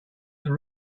that